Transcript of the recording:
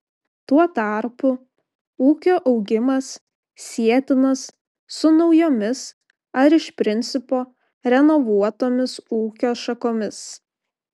tuo tarpu ūkio augimas sietinas su naujomis ar iš principo renovuotomis ūkio šakomis